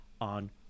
on